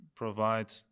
Provide